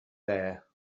there